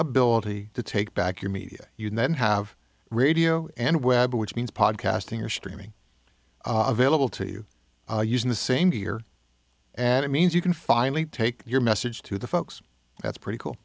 ability to take back your media you then have radio and web which means podcasting or streaming available to you using the same gear and it means you can finally take your message to the folks that's pretty cool